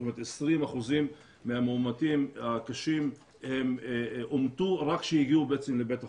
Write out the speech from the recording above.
זאת אומרת 20% מהמאומתים הקשים אומתו רק כשהגיעו לבית החולים,